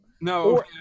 No